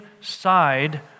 side